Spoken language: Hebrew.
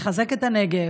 לחזק את הנגב,